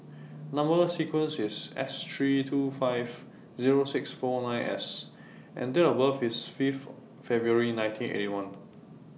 Number sequence IS S three two five Zero six four nine S and Date of birth IS five February nineteen Eighty One